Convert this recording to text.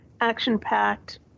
action-packed